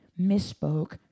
misspoke